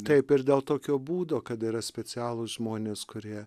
taip ir dėl tokio būdo kad yra specialūs žmonės kurie